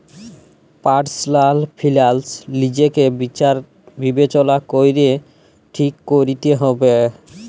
personal ফিলালস লিজেকে বিচার বিবেচলা ক্যরে ঠিক ক্যরতে হবেক